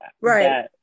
right